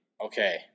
okay